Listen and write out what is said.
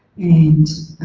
and